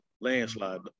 landslide